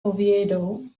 oviedo